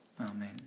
Amen